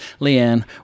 Leanne